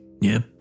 Yep